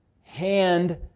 hand